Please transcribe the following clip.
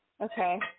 Okay